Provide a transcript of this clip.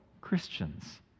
Christians